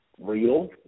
real